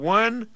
one